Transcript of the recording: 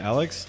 Alex